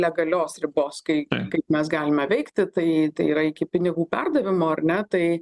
legalios ribos kai kaip mes galime veikti tai tai yra iki pinigų perdavimo ar ne tai